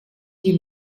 die